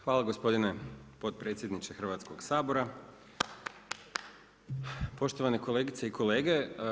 Hvala gospodine potpredsjedniče Hrvatskoga sabora, poštovane kolegice i kolege.